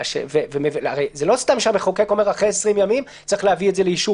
זה לא סתם שהמחוקק אומר אחרי 20 ימים צריך להביא את זה לאישור